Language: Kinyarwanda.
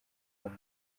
muri